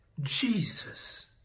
Jesus